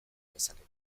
lezakete